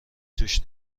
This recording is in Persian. توش